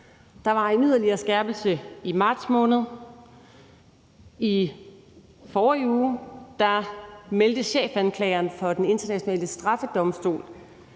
Der var en yderligere skærpelse i marts måned. I forrige uge meldte chefanklageren for Den Internationale Straffedomstol,